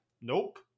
Nope